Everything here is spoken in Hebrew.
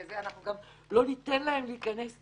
גם לא ניתן להם להיכנס פנימה,